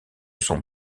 son